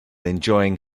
enjoying